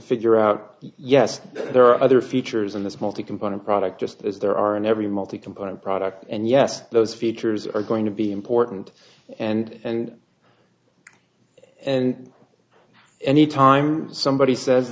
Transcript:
figure out yes there are other features in this multi component product just as there are in every multi component product and yes those features are going to be important and and anytime somebody says